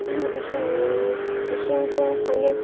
ꯂꯤꯁꯤꯡ ꯂꯤꯁꯤꯡ ꯀꯨꯟ ꯐꯪꯉꯦ